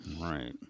Right